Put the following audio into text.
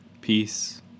Peace